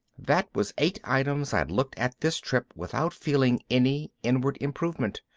that was eight items i'd looked at this trip without feeling any inward improvement.